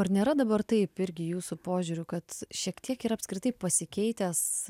ar nėra dabar taip irgi jūsų požiūriu kad šiek tiek yra apskritai pasikeitęs